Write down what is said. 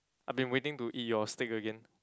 I've been waiting to eat your steak again